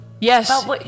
yes